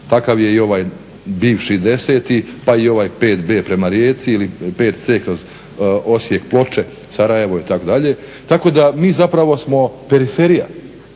takav je i ovaj bivši 10.pa i ovaj 5B prema rijeci ili 5C kroz Osijek-Ploče-Sarajevo itd. tako da smo mi zapravo željeznička periferija